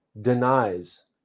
denies